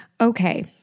okay